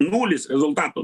nulis rezultatų